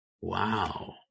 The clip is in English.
wow